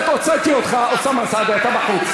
אתה שוכח,